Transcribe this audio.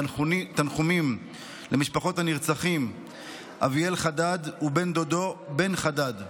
תנחומים למשפחות הנרצחים אביאל חדד ובן דודו בן חדד,